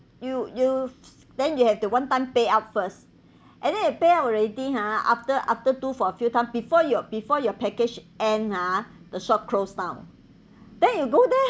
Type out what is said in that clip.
you you then you have to one time pay out first and then you pay out already hor after after do for a few times before you before your package end hor the shop close down then you go there